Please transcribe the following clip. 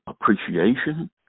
appreciation